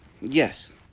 Yes